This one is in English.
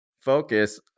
focus